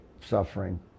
suffering